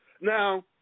Now